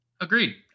Agreed